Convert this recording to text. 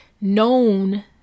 known